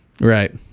Right